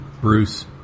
Bruce